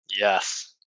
Yes